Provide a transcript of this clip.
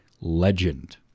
Legend